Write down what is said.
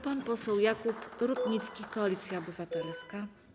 Pan poseł Jakub Rutnicki, Koalicja Obywatelska.